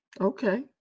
Okay